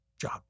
job